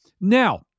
Now